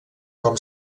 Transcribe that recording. com